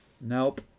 Nope